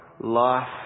life